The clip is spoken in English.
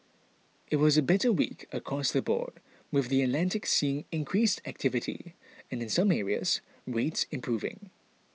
it was a better week across the board with the Atlantic seeing increased activity and in some areas rates improving